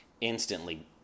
instantly